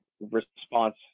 response